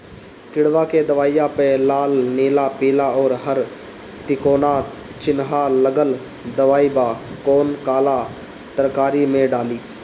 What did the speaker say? किड़वा के दवाईया प लाल नीला पीला और हर तिकोना चिनहा लगल दवाई बा कौन काला तरकारी मैं डाली?